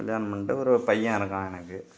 கல்யாணம் பண்ணிட்டு ஒரு பையன் இருக்கான் எனக்கு